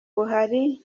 buhari